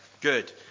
Good